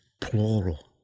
plural